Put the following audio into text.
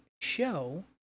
show